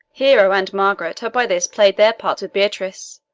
hero and margaret have by this played their parts with beatrice,